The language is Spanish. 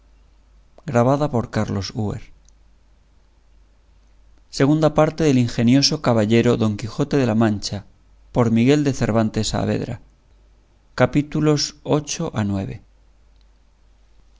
libro de la segunda parte del ingenioso caballero don quijote de la mancha por miguel de cervantes saavedra